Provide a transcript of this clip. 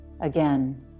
Again